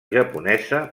japonesa